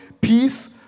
peace